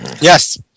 Yes